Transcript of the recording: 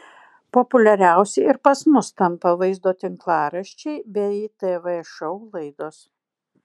populiariausi ir pas mus tampa vaizdo tinklaraščiai bei tv šou laidos